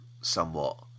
somewhat